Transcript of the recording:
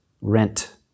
rent